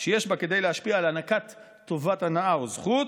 "שיש בה כדי להשפיע על הענקת טובת הנאה וזכות",